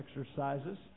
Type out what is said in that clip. exercises